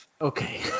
Okay